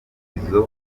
ibisubizo